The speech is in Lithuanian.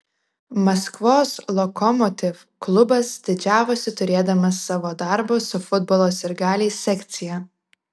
maskvos lokomotiv klubas didžiavosi turėdamas savo darbo su futbolo sirgaliais sekciją